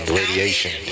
radiation